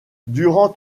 durant